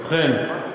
ובכן,